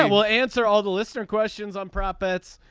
um we'll answer all the listener questions on profits.